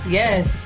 yes